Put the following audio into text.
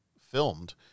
filmed